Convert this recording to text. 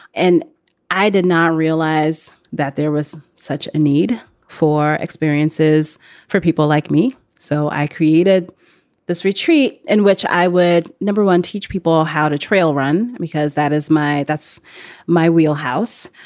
and i did not realize that there was such a need for experiences for people like me. so i created this retreat in which i would, number one, teach people how to trail run, because that is my that's my wheelhouse.